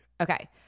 Okay